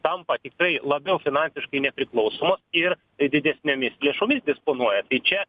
tampa tikrai labiau finansiškai nepriklausomos ir didesnėmis lėšomis disponuoja tai čia